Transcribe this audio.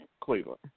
Cleveland